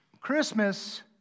Christmas